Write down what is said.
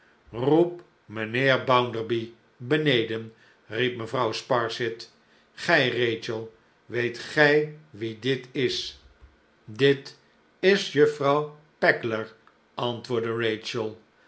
roep mijnheer bounderby beneden riep mevrouw sparsit gij rachel weet gij wie dit is dit is juffrouw pegler antwoordde rachel